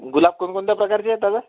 गुलाब कोणकोणत्या प्रकारचे आहेत दादा